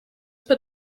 put